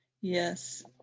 Yes